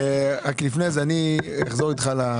רק לפני זה אני אחזור איתך,